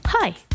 Hi